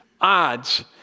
odds